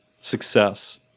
success